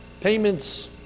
payments